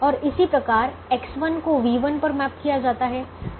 और इसी प्रकार X1 को v1 पर मैप किया जाता है